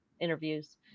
interviews